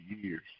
years